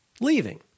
leaving